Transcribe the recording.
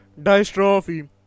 dystrophy